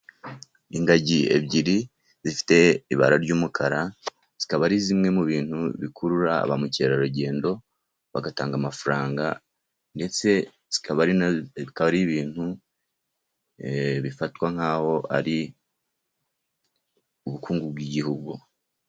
Ingagi ebyiri zifite ibara ry'umukara, zikaba ari zimwe mu bintu bikurura ba mukerarugendo, bagatanga amafaranga, ndetse zikaba ari ibintu bifatwa nk'aho ari ubukungu bw'igihugu.